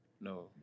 No